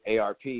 ARP